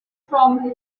from